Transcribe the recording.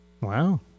Wow